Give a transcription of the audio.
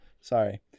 sorry